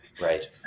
Right